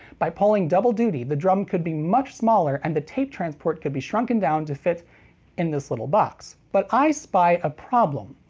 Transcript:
by pulling double duty, the drum could be much smaller, and the tape transport could be shrunken down to fit in this little box. but i spy a problem.